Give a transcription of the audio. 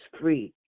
free